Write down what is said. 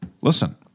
Listen